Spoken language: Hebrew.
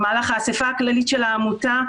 מאתמול, במהלך האסיפה הכללית של העמותה,